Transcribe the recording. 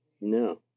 No